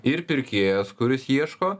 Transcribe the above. ir pirkėjas kuris ieško